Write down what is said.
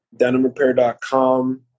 denimrepair.com